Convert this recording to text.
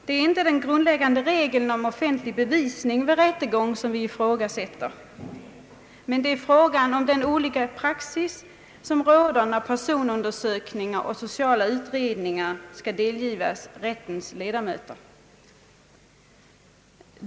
Det är inte den grundläggande regeln om offentlig bevisföring vid rättegång som vi ifrågasätter, utan vad vi vänder oss mot är den olika praxis som råder när personundersökningar och sociala utredningar skall delgivas rättens ledamöter.